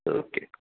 okay